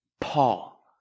Paul